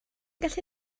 gallu